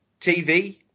TV